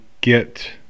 get